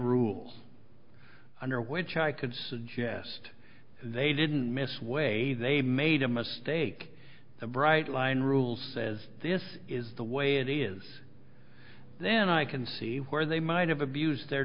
rules under which i could suggest they didn't miss way they made a mistake the bright line rule says this is the way it is then i can see where they might have abused their